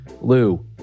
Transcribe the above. Lou